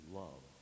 love